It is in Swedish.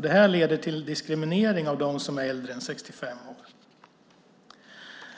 Det leder till diskriminering av dem som är äldre än 65 år.